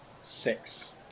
Six